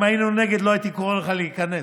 אם היינו נגד, לא הייתי קורא לך להיכנס.